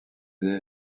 des